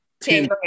ten